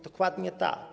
Dokładnie tak.